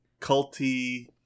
culty